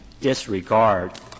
disregard